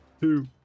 Two